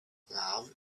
love